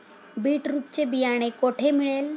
Beetroot चे बियाणे कोठे मिळेल?